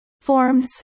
Forms